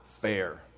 fair